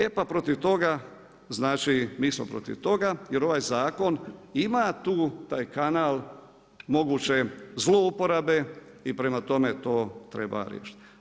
E pa protiv toga, znači mi smo protiv toga, jer ovaj zakon ima tu taj kanal, moguće zlouporabe i prema tome to treba riješiti.